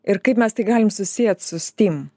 ir kaip mes tai galim susiet su stim